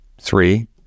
three